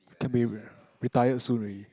can be retired soon already